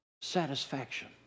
satisfaction